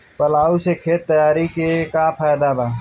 Plough से खेत तैयारी के का फायदा बा?